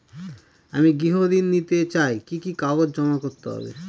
আমি গৃহ ঋণ নিতে চাই কি কি কাগজ জমা করতে হবে?